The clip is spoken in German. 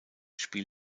spiel